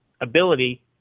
ability